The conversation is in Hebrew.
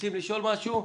רוצים לשאול משהו,